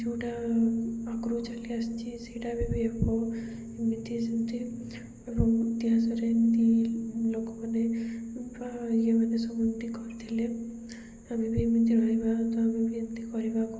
ଯେଉଁଟା ଆଗୁରୁ ଚାଲି ଆସିଛି ସେଇଟା ବି ବି ହେବ ଏମିତି ସେମିତି ଏବଂ ଇତିହାସରେ ଏମିତି ଲୋକମାନେ ବା ଇଏମାନେ ସବୁତି କରିଥିଲେ ଆମେ ବି ଏମିତି ରହିବା ତ ଆମେ ବି ଏମିତି କରିବାକୁ